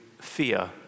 fear